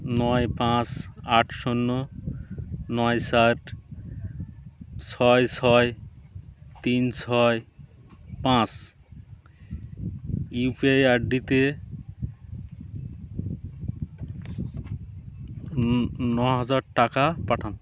নয় পাঁচ আট শূন্য নয় চার ছয় ছয় তিন ছয় পাঁচ ইউ পি আইতে ন ন হাজার টাকা পাঠান